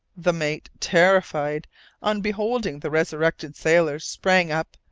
the mate, terrified on beholding the resuscitated sailor, sprang up,